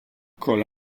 kolla